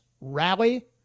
rally